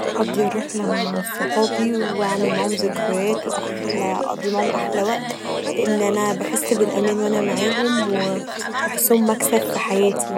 اقضي الرحله مع صحابي و اعمل معاهم زكريات واحلي اقضي معاهم احلي وقت لان أنا بحس بالامان وانا معاهم و بحسهم مكسب في حياتي.